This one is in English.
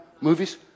movies